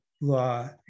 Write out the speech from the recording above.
law